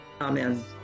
Amen